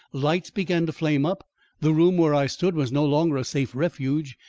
lights began to flame up the room where i stood was no longer a safe refuge,